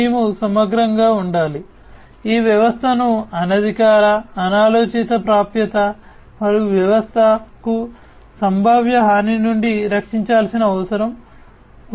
మేము సమగ్రంగా ఉండాలి ఈ వ్యవస్థను అనధికార అనాలోచిత ప్రాప్యత మరియు వ్యవస్థకు సంభావ్య హాని నుండి రక్షించాల్సిన అవసరం ఉంది